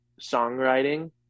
songwriting